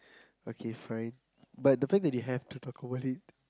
okay fine but the fact that they have to talk about it